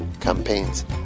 campaigns